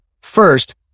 first